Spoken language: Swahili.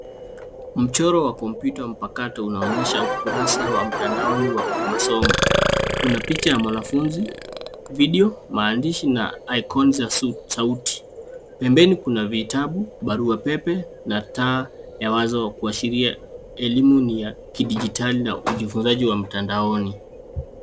Mchoro wa kompyuta mpakato unaonyesha ukurasa wa mtandaoni wa kimasomo. Kuna picha ya mwanafunzi, video, maandishi, na ikoni za sauti. Pembeni kuna vitabu, barua pepe, na taa ya wazo ya kuashiria elimu ni ya kidijitali na ujifunzaji wa mtandaoni.